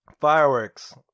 fireworks